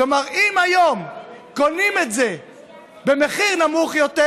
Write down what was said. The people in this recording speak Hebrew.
כלומר אם היום קונים את זה במחיר נמוך יותר,